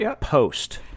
post